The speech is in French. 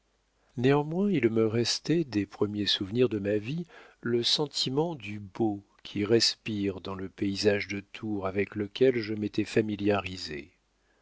néanmoins il me restait des premiers souvenirs de ma vie le sentiment du beau qui respire dans le paysage de tours avec lequel je m'étais familiarisé